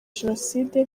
jenoside